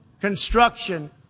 construction